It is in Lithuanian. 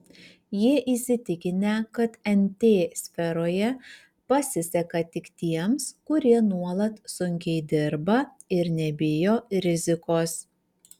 jie įsitikinę kad nt sferoje pasiseka tik tiems kurie nuolat sunkiai dirba ir nebijo rizikos